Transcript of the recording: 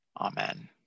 Amen